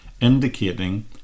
indicating